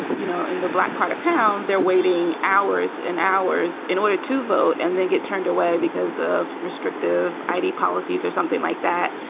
you know, in the black part of town, they're waiting hours and hours in order to vote and then get turned away because of restrictive i d. policies or something like that.